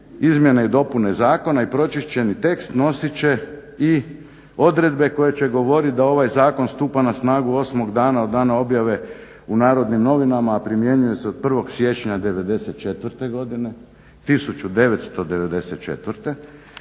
izmjene i dopune zakona i pročišćeni tekst nosit će i odredbe koje će govoriti da ovaj zakon stupa na snagu 8.dana od dana objave u Narodnim novinama, a primjenjuje se od 1.siječnja 1994.godine pa onda